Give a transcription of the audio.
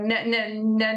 ne ne ne